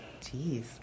Jeez